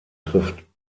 trifft